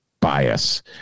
bias